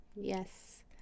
yes